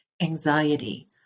anxiety